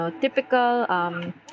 typical